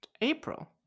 April